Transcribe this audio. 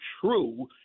true